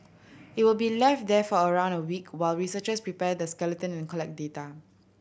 it will be left there for around a week while researchers prepare the skeleton and collect data